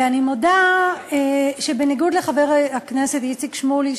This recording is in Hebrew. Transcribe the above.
ואני מודה שבניגוד לחבר הכנסת איציק שמולי,